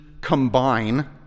combine